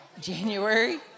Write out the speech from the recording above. January